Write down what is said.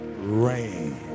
rain